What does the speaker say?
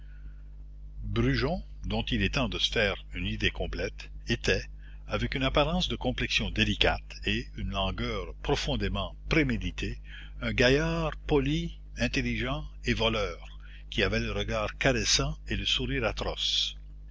brujon dont il est temps de se faire une idée complète était avec une apparence de complexion délicate et une langueur profondément préméditée un gaillard poli intelligent et voleur qui avait le regard caressant et le sourire atroce